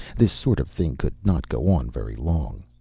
this sort of thing could not go on very long.